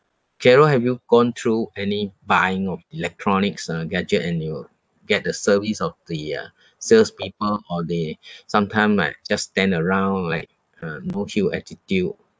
carol have you gone through any buying of electronics uh gadget and you get the service of the uh salespeople or they sometime like just stand around like uh attitude